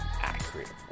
accurate